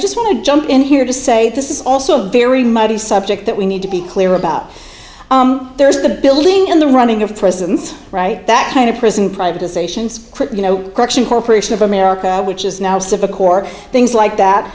to jump in here to say this is also a very muddy subject that we need to be clear about there's the building in the running of prisons right that kind of prison privatizations you know corrections corporation of america which is now civic or things like that